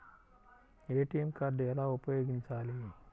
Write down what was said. ATM card ఎలా ఉపయోగించాలి?